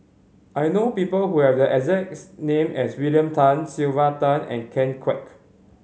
I know people who have the exact S name as William Tan Sylvia Tan and Ken Kwek